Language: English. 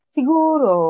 Siguro